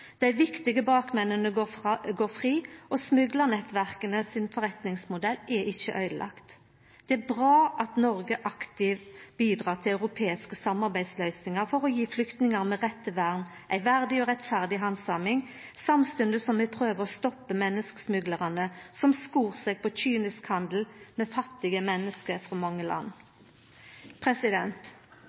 Dei viktige bakmennene går fri, og forretningsmodellen til smuglarnettverka er ikkje øydelagd. Det er bra at Noreg aktivt bidreg til europeiske samarbeidsløysingar for å gje flyktningar med rett til vern ei verdig og rettferdig handsaming, samstundes som vi prøver å stoppe menneskesmuglarane som skor seg på kynisk handel med fattige menneske frå mange land.